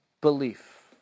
belief